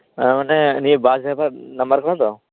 ᱚᱻ ᱢᱟᱱᱮ ᱱᱤᱭᱟᱹ ᱵᱟᱥ ᱰᱟᱭᱵᱷᱟᱨ ᱱᱟᱢᱵᱟᱨ ᱠᱟᱱᱟ ᱛᱚ